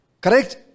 correct